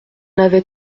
avait